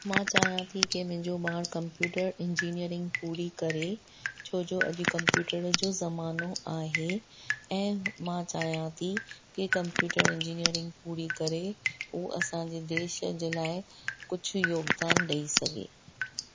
मां चाहियां थी की मुंहिंजो ॿारु कंप्यूटर इंजीनियरींग पूरी करे छो जो अॼु कंप्यूटर जो ज़मानो आहे ऐं मां चाहियां थी हीअ कंप्यूटर इंजीनियरींग पूरी करे हू असांजे देश जे लाइ कुझु योगदानु ॾेई सघे